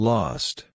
Lost